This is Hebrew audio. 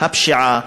הפשיעה,